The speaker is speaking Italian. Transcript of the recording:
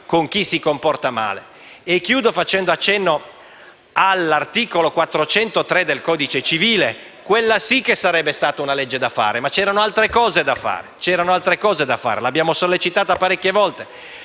Concludo facendo un accenno all'articolo 403 del codice civile; quella sì che sarebbe stata una legge da fare (ma purtroppo c'erano altre cose da fare). L'abbiamo sollecitata parecchie volte.